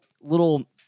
little